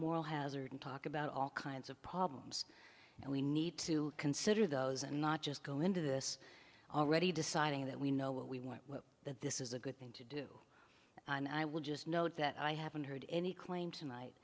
moral hazard and talk about all kinds of problems and we need to consider those and not just go into this already deciding that we know what we want that this is a good thing to do and i would just note that i haven't heard any claim tonight